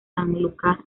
sanlúcar